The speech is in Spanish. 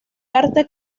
arte